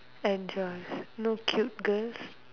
and just no cute girls